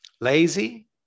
Lazy